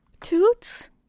Toots